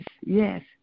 yes